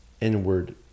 inward